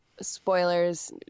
spoilers